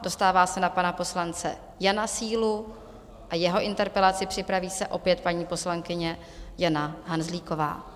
Dostává se na pana poslance Jana Sílu a jeho interpelaci, připraví se opět paní poslankyně Jana Hanzlíková.